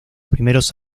primeros